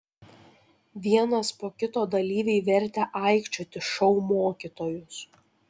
vienas po kito dalyviai vertė aikčioti šou mokytojus